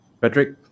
Patrick